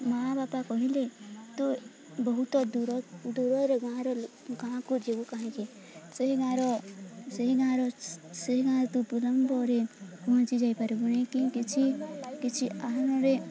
ମା ବାପା କହିଲେ ତୁ ବହୁତ ଦୂର ଦୂରରେ ଗାଁର ଗାଁକୁ ଯିବୁ କାହିଁକି ସେହି ଗାଁର ସେହି ଗାଁର ସେହି ଗାଁ ତୁ ବିଲମ୍ବରେ ପହଞ୍ଚି ଯାଇପାରିବୁନି କି କିଛି କିଛି ଆହ୍ୱନରେ